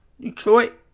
Detroit